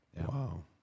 Wow